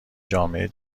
جامعه